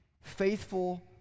faithful